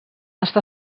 està